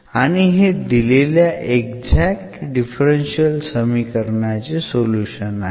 आणि हे दिलेल्या एक्झॅक्ट डिफरन्शियल समीकरणाचे सोल्युशन आहे